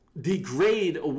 degrade